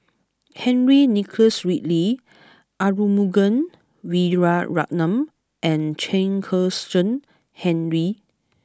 Henry Nicholas Ridley Arumugam Vijiaratnam and Chen Kezhan Henri